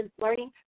learning